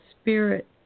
spirit